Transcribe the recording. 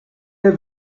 der